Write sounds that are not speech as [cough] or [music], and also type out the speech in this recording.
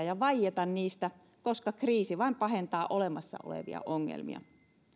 [unintelligible] ja vaieta niistä koska kriisi vain pahentaa olemassa olevia ongelmia